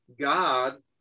God